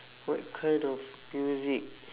what kind of music